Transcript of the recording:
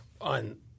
on –